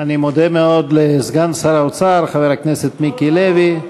אני מודה מאוד לסגן שר האוצר חבר הכנסת מיקי לוי.